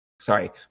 Sorry